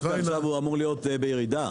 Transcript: דווקא עכשיו הוא אמור להיות בירידה.